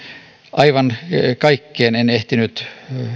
aivan kaikkeen en ehtinyt